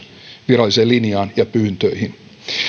viralliseen linjaan ja pyyntöihin